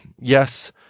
yes